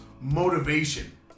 motivation